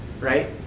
right